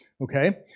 okay